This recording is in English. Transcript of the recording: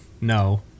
No